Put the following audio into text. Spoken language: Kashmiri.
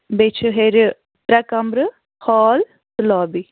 بیٚیہِ چھِ ہیٚرِ ترٛےٚ کمبرٕ ہال تہٕ لابی